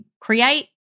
create